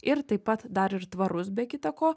ir taip pat dar ir tvarus be kita ko